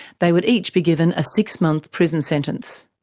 they would each be given a six-month prison sentence.